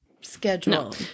schedule